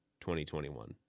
2021